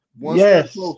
Yes